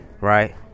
right